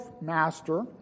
master